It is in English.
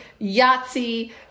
Yahtzee